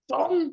Don